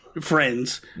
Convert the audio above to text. friends